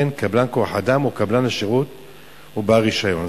קבלן כוח-אדם או קבלן השירות הוא בעל רשיון".